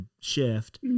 shift